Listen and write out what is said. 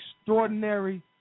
extraordinary